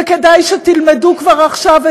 וכדאי שתלמדו כבר עכשיו,